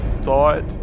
thought